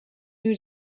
new